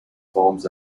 forms